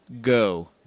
Go